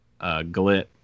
Glit